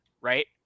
right